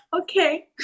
Okay